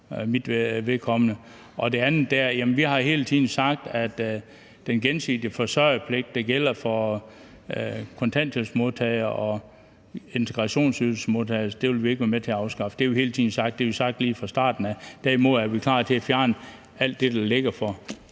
vil jeg sige, at vi hele tiden har sagt, at den gensidige forsørgerpligt, der gælder for kontanthjælpsmodtagere og integrationsydelsesmodtagere, vil vi ikke være med til at afskaffe, og det har vi hele tiden sagt, og vi har sagt det lige fra starten af. Derimod er vi klar til at fjerne alt det, der ligger for